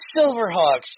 Silverhawks